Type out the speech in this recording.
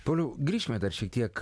toliau grįšime dar šiek tiek